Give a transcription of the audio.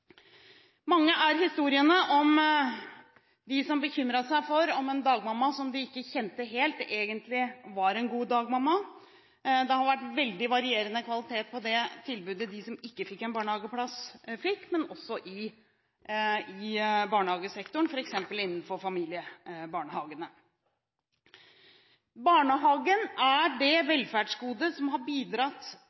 Mange er historiene om dem som bekymret seg for om en dagmamma som de ikke kjente helt, egentlig var en god dagmamma. Det har vært veldig varierende kvalitet på det tilbudet de som ikke fikk en barnehageplass, fikk – også i barnehagesektoren, f.eks. innenfor familiebarnehagene. Barnehagen er det velferdsgodet som har bidratt